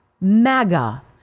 MAGA